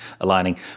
aligning